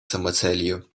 самоцелью